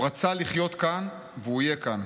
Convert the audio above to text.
הוא רצה לחיות כאן והוא יהיה כאן.